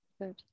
good